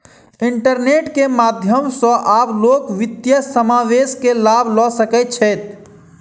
internet के माध्यम सॅ आब लोक वित्तीय समावेश के लाभ लअ सकै छैथ